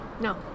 No